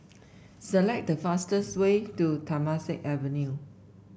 select the fastest way to Temasek Avenue